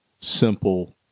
simple